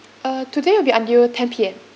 uh today will be until ten P_M